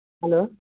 hello